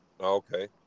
Okay